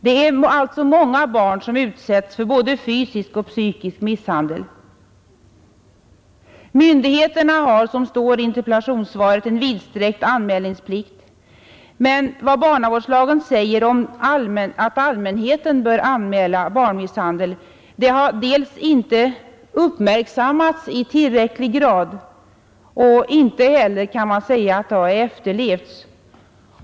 Det är alltså många barn som utsätts för både fysisk och psykisk misshandel. Myndigheterna har, som står i interpellationssvaret, vidsträckt anmälningsplikt, men vad barnavårdslagen säger om att allmänheten bör anmäla barnmisshandel har inte uppmärksammats i tillräcklig grad, och inte heller kan man säga att det har efterlevts.